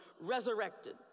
resurrected